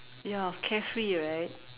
ya carefree right